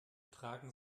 tragen